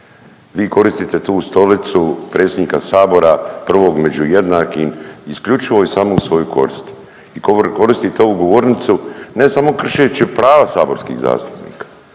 Vi koristite tu stolicu predsjednika Sabora prvog među jednakim isključivo i samo u svoju korist i koristite ovu govornicu ne samo kršeći prava saborskih zastupnika,